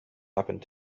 happened